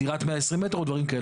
דירת 120 מטרים או דברים כאלה.